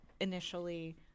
initially